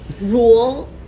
rule